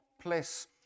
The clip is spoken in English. place